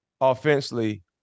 offensively